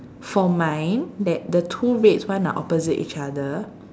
for mine that the two reds ones are opposite each other